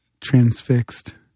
transfixed